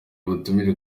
ubutumire